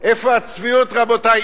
איפה הצביעות, רבותי?